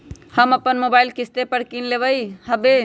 हम अप्पन मोबाइल किस्ते पर किन लेलियइ ह्बे